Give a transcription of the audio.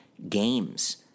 games